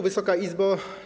Wysoka Izbo!